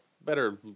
better